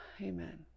amen